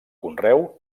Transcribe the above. conreu